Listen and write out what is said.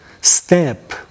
step